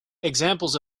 examples